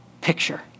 picture